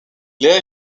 léa